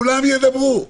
כולם ידברו.